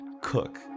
cook